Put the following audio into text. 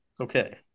Okay